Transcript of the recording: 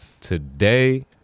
Today